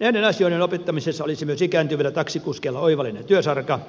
näiden asioiden opettamisessa olisi myös ikääntyvillä taksikuskeilla oivallinen työsarka